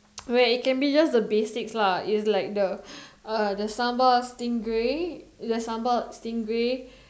where it can be just the basics lah it's like the sambal stingray the sambal stingray